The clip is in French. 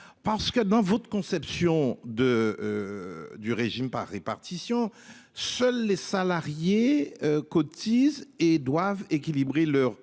parce que dans votre conception de. Du régime par répartition. Seuls les salariés. Cotisent et doivent équilibrer leurs